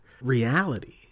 reality